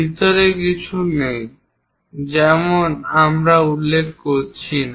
ভিতরের কিছু নেই যেমন আমরা উল্লেখ করছি না